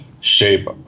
shape